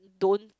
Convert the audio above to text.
don't